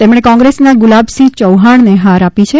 તેમણે કોંગ્રેસના ગુલાબસિંહ ચૌહાણને હાર આપી છે